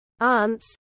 aunts